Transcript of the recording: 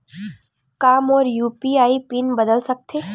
का मोर UPI PIN बदल सकथे?